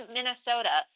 Minnesota